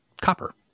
copper